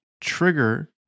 trigger